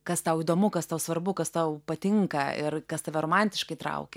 kas tau įdomu kas tau svarbu kas tau patinka ir kas tave romantiškai traukia